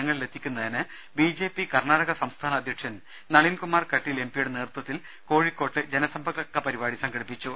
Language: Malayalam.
ങ്ങളിലെത്തിക്കുന്നതിന് ബി ജെ പി കർണാടക സംസ്ഥാന അധ്യക്ഷൻ നളിൻകുമാർ കട്ടീൽ എം പിയുടെ നേതൃത്വത്തിൽ കോഴിക്കോട്ട് ജനസമ്പർക്ക പരിപാടി സംഘടിപ്പിച്ചു